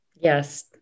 yes